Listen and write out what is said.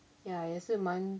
ya 也是蛮